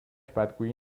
بدگویی